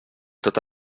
tot